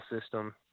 system